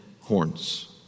horns